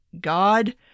God